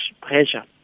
pressure